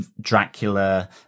Dracula